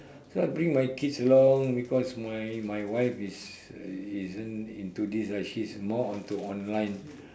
so I bring my kids along because my my wife is isn't into this right she's more onto online